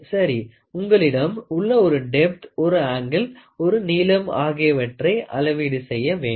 சரி உங்களிடம் உள்ள ஒரு டெப்த் ஒரு ஆங்கிள் ஒரு நீளம் ஆகியவற்றை அளவீடு செய்ய வேண்டும்